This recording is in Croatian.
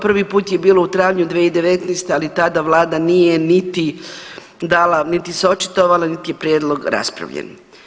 Prvi put je bilo u travnju 2019. ali tada Vlada nije niti dala, niti se očitovala, niti je prijedlog raspravljen.